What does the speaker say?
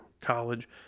college